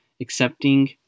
accepting